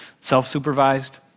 Self-supervised